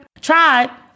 Tried